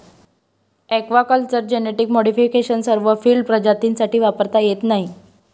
aquaculture genetic modification सर्व field प्रजातींसाठी वापरता येत नाही